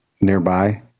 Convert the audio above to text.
nearby